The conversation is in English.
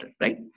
right